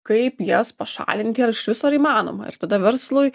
kaip jas pašalinti ar iš viso ar įmanoma ir tada verslui